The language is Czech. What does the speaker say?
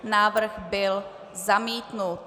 Návrh byl zamítnut.